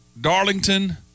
Darlington